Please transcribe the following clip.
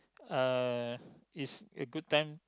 uh is a good time